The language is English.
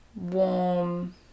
warm